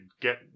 get